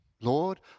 Lord